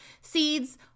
seeds